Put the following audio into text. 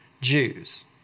Jews